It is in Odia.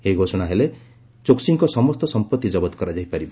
ଏହା ଘୋଷଣା ହେଲେ ଚୋକ୍ସିଙ୍କ ସମସ୍ତ ସମ୍ପର୍ତ୍ତି ଜବତ କରାଯାଇ ପାରିବ